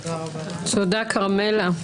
תודה, כרמלה.